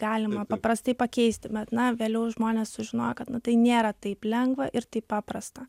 galima paprastai pakeisti bet na vėliau žmonės sužinojo kad na tai nėra taip lengva ir taip paprasta